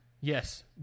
yes